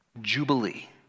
Jubilee